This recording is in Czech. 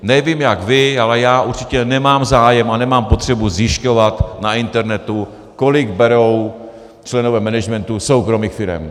Nevím jak vy, ale já určitě nemám zájem a nemám potřebu zjišťovat na internetu, kolik berou členové managementu soukromých firem.